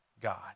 God